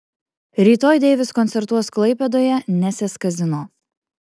rytoj deivis koncertuos klaipėdoje nesės kazino